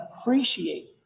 appreciate